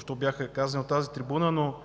споменати от тази трибуна, но